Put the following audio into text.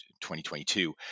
2022